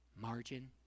margin